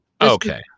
Okay